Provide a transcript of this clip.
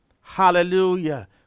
Hallelujah